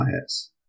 diets